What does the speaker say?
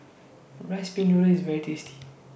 Rice Pin Noodles IS very tasty